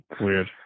Weird